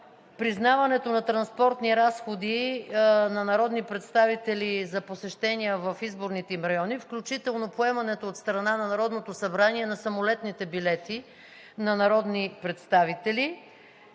признаването на транспортни разходи на народни представители за посещения в изборните им райони, включително поемането от страна на Народното събрание на самолетните билети на народни представители,